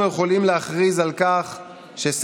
והחוק הזה,